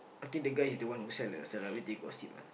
I think the guy he's the one who sell the celebrity gossip ah